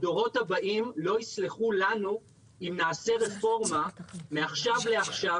הדורות הבאים לא יסלחו לנו אם נעשה רפורמה מעכשיו לעכשיו